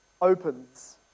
opens